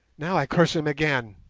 now i curse him again.